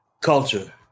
culture